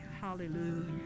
hallelujah